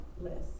list